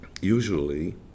Usually